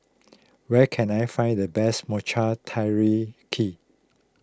where can I find the best Mochi